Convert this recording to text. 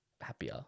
happier